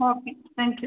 okay thank you